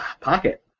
Pocket